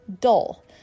dull